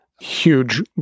huge